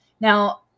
Now